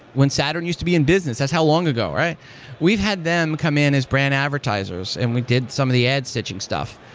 when saturn used to be in business. that's how long ago. we've had them come in his brand advertisers and we did some the ad stitching stuff.